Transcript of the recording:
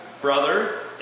brother